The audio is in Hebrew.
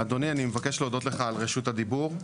אדוני, אני מבקש להודות לך על רשות הדיבור.